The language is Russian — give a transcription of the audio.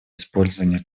использование